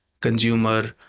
consumer